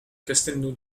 castelnau